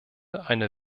eine